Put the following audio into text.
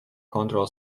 control